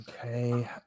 Okay